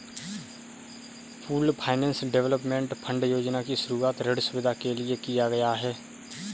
pooled finance development fund योजना की शुरूआत ऋण सुविधा के लिए किया गया है